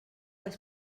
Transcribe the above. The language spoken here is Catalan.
les